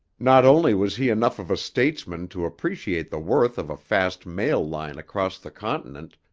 not only was he enough of a statesman to appreciate the worth of a fast mail line across the continent,